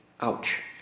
Ouch